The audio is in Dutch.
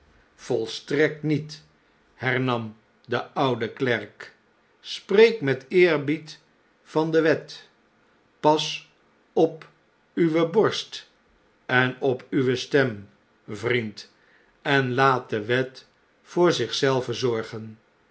avolstrekt niet hernam de oude klerk spreek met eerbied van de wet pas op uwe borst en op uwe stem vriend en laat de wet voor zich zelve zorgen